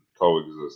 coexist